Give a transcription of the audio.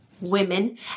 women